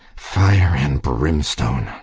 fire and brimstone!